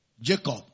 Jacob